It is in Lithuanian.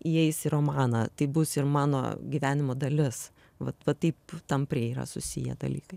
įeis į romaną tai bus ir mano gyvenimo dalis vat va taip tampriai yra susiję dalykai